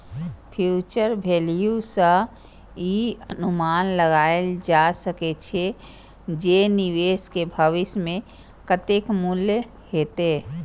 future value सं ई अनुमान लगाएल जा सकै छै, जे निवेश के भविष्य मे कतेक मूल्य हेतै